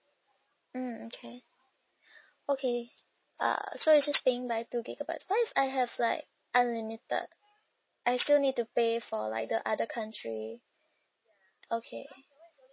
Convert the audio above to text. mm okay okay err so it's just paying by two gigabyte what if I have like unlimited I still need to pay for like the other country okay